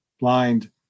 blind